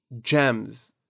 gems